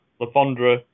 LaFondra